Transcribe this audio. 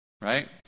Right